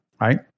right